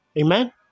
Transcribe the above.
Amen